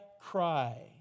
cry